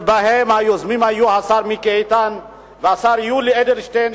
והיוזמים היו השר מיקי איתן והשר יולי אדלשטיין,